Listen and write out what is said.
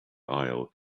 aisle